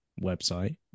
website